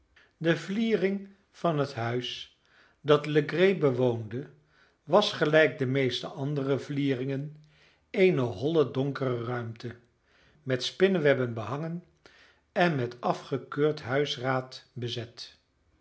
de vliering van het huis dat legree bewoonde was gelijk de meeste andere vlieringen eene holle donkere ruimte met spinnewebben behangen en met afgekeurd huisraad bezet